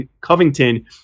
Covington